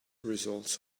results